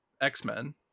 X-Men